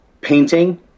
painting